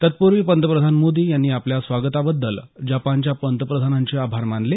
तत्पूर्वी पंतप्रधान मोदी यांनी आपल्या स्वागताबद्दल जपानच्या पंतप्रधानांचे आभार मानले